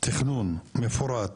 לתכנון מפורט